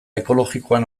ekologikoan